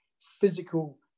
physical